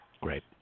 Great